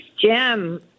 Jim